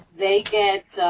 they get,